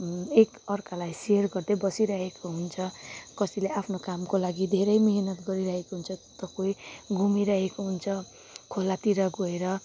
एक अर्कालाई सेयर गर्दै बसिरहेको हुन्छ कसैले आफ्नो कामको लागि धेरै मिहिनेत गरिरहेको हुन्छ त कोही घुमीरहेको हुन्छ खोलातिर गएर